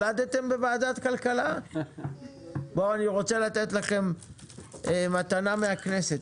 אני רוצה לתת לכם מתנה מהכנסת,